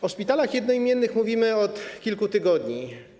O szpitalach jednoimiennych mówimy od kilku tygodni.